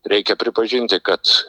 reikia pripažinti kad